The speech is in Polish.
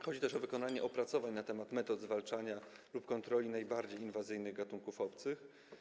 Chodzi też o wykonanie opracowań na temat metod zwalczania lub kontroli najbardziej inwazyjnych gatunków obcych.